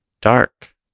Dark